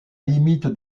limite